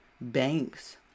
Banks